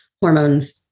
hormones